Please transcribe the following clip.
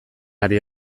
ari